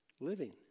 living